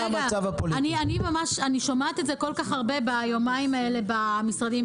אני שומעת את זה כל כך הרבה ביומיים האלה מהמשרדים.